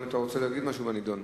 אם אתה רוצה להגיד משהו בנדון.